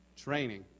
Training